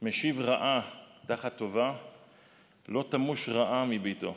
"משיב רעה תחת טובה לא תמוש רעה מביתו".